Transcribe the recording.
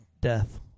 death